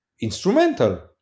instrumental